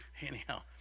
anyhow